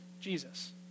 Jesus